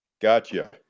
Gotcha